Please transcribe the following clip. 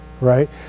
Right